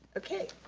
okay.